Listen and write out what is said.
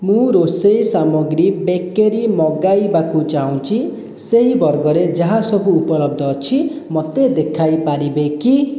ମୁଁ ରୋଷେଇ ସାମଗ୍ରୀ ବେକେରୀ ମଗାଇବାକୁ ଚାହୁଁଛି ସେହି ବର୍ଗରେ ଯାହା ସବୁ ଉପଲବ୍ଧ ଅଛି ମୋତେ ଦେଖାଇପାରିବେ କି